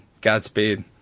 Godspeed